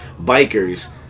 bikers